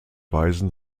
weisen